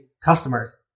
customers